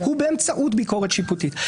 היא באמצעות ביקורת שיפוטית.